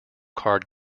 card